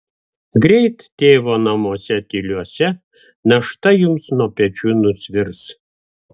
greit tėvo namuose tyliuose našta jums nuo pečių nusvirs